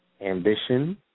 Ambition